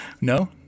No